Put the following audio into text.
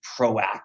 proactive